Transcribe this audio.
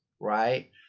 right